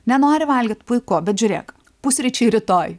nenori valgyt puiku bet žiūrėk pusryčiai rytoj